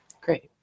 Great